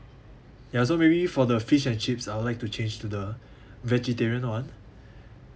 ya so maybe for the fish and chips I would like to change to the vegetarian [one]